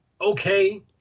okay